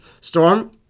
storm